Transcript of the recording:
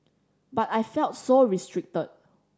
but I felt so restricted